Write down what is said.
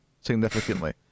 significantly